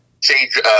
change